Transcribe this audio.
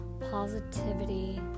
positivity